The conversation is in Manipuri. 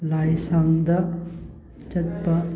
ꯂꯥꯏꯁꯪꯗ ꯆꯠꯄ